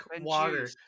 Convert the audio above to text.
water